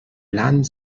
land